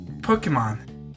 Pokemon